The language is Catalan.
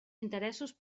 interessos